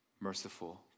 merciful